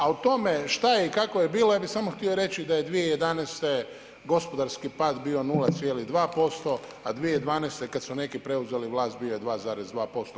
A o tome šta i kako je bilo, ja bih samo htio reći da je 2011. gospodarski pad bio 0,2%, a 2012. kada su neki preuzeli vlast bio je 2,2%